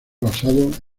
basado